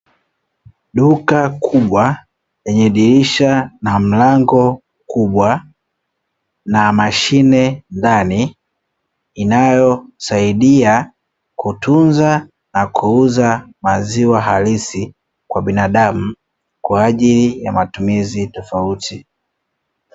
Duka kubwa lenye dirisha na mlango mkubwa na mashine ndani, inayosaidia kutunza na kuuza maziwa halisi kwa binadamu, kwa ajili ya matumizi tofauti.